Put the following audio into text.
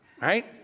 right